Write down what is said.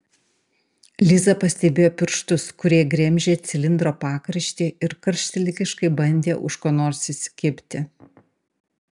liza pastebėjo pirštus kurie gremžė cilindro pakraštį ir karštligiškai bandė už ko nors įsikibti